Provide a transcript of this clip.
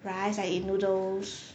rice I eat noodles